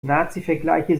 nazivergleiche